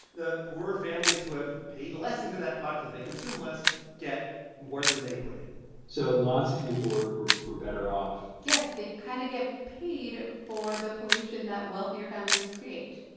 the poorer families who have paid less into that pot because they consume less get more than they put in so lots of people were were better off yes, they kind of get paid for the pollution that wealthier families create.